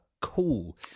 cool